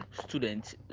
students